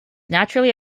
naturally